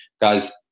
guys